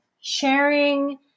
sharing